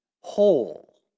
whole